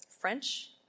French